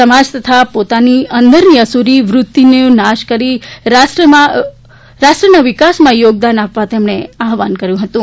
સમાજ તથા પોતાની અંદરની અસુરી વૃતિને નાસ કરી રાષ્ટ્રના વિકાસમાં યોગદાન આપવા આહ્વાન કર્યું હતું